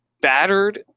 battered